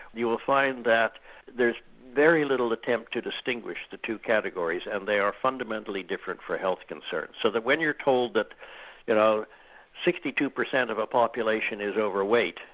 you will find that there's very little attempt to distinguish the two categories, and they are fundamentally different for health concerns. so that when you're told that you know sixty two percent of a population is overweight,